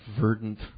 verdant